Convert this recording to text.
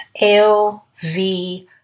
LV